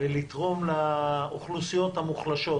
ולתרום לאוכלוסיות המוחלשות